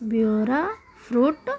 bureau fruit